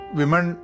women